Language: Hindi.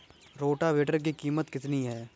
रोटावेटर की कीमत कितनी है?